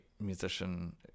musician